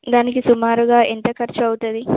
దానికి సుమారుగా ఎంత ఖర్చు అవుతుంది